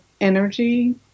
energy